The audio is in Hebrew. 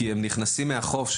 כי הם נכנסים מהחוף,